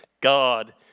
God